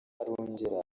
arongera